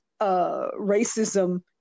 racism